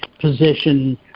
position